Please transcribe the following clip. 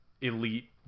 elite